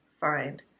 find